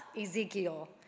Ezekiel